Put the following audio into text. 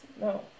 No